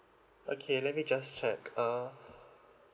okay let me just check uh